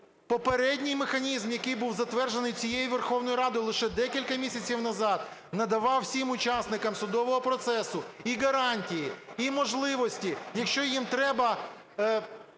попередній механізм, який був затверджений цією Верховною Радою лише декілька місяців назад, надавав всім учасникам судового процесу і гарантії, і можливості. Якщо їм треба